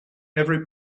every